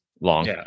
long